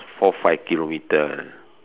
four five kilometer